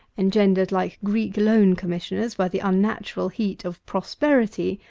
engendered like greek loan commissioners, by the unnatural heat of prosperity,